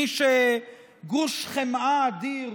מי שגוש חמאה אדיר